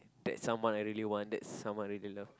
that's someone I really want that's someone I really love